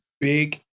big